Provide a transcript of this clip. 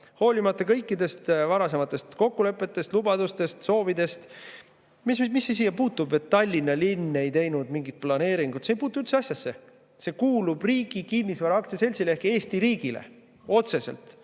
hoolimata kõikidest varasematest kokkulepetest, lubadustest ja soovidest. Mis see siia puutub, et Tallinna linn ei teinud mingit planeeringut? See ei puutu üldse asjasse. See kuulub Riigi Kinnisvara Aktsiaseltsile ehk Eesti riigile, otseselt,